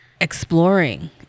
exploring